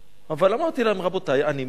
אבל אמרתי להם: רבותי, אני מתנגד.